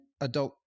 Adult